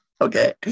Okay